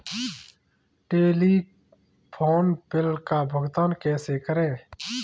Telephone bill का भुगतान कैसे करें?